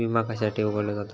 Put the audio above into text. विमा कशासाठी उघडलो जाता?